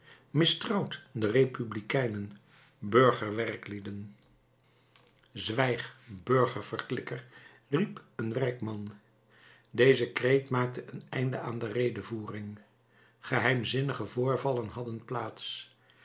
mistrouwt de republikeinen burger werklieden zwijg burger verklikker riep een werkman deze kreet maakte een einde aan de redevoering geheimzinnige voorvallen hadden plaats